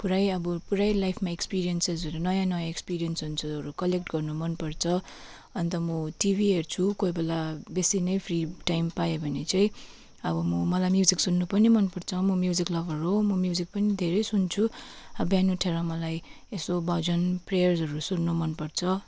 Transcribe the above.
पुरै अब पुरै लाइफमा एक्सपिरियन्सेसहरू नयाँ नयाँ एक्सपिरियन्सेसहरू कलेक्ट गर्नु मनपर्छ अन्त मो टिभी हेर्छु कोही बेला बेसी नै फ्री टाइम पाएँ भने चाहिँ अब म मलाई म्युजिक सुन्नु पनि मनपर्छ म म्युजिक लभर हो म म्युजिक पनि धेरै सुन्छु अब बिहान उठेर मलाई यसो भजन प्रेयर्सहरू सुन्नु मनपर्छ